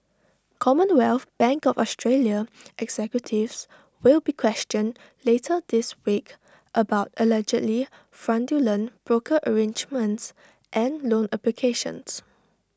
commonwealth bank of Australia executives will be questioned later this week about allegedly fraudulent broker arrangements and loan applications